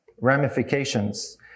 ramifications